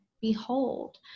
behold